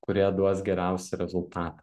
kurie duos geriausią rezultatą